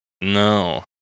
No